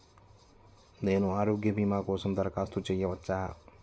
నేను ఆరోగ్య భీమా కోసం దరఖాస్తు చేయవచ్చా?